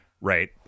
Right